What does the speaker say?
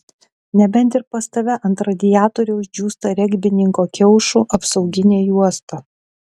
nebent ir pas tave ant radiatoriaus džiūsta regbininko kiaušų apsauginė juosta